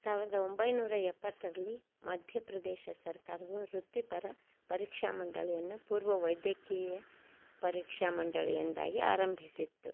ಸಾವಿರದ ಒಂಬೈನೂರ ಎಪ್ಪತ್ತರಲ್ಲಿ ಮಧ್ಯಪ್ರದೇಶ್ ಸರ್ಕಾರವು ವೃತ್ತಿಪರ ಪರೀಕ್ಷಾ ಮಂಡಳಿಯನ್ನು ಪೂರ್ವ ವೈದ್ಯಕೀಯ ಪರೀಕ್ಷಾ ಮಂಡಳಿ ಎಂದಾಗಿ ಆರಂಭಿಸಿತ್ತು